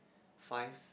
five